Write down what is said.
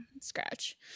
scratch